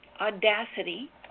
audacity